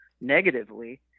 negatively